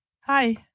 Hi